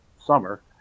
summer